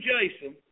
Jason